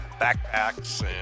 backpacks